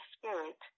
Spirit